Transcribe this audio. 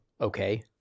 Okay